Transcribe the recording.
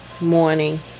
morning